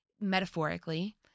metaphorically